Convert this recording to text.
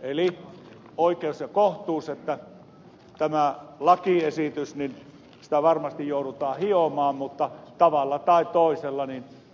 eli olisi oikeus ja kohtuus että tämä epäkohta joka on tässä lakiesityksessä tavalla tai toisella sitä varmasti joudutaan hiomaan